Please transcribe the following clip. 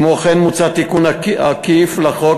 כמו כן מוצע תיקון עקיף לחוק